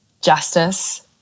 justice